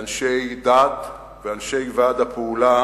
אנשי דת ואנשי ועד הפעולה